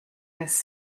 this